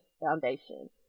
Foundation